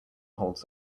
holds